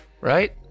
right